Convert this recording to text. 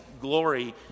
glory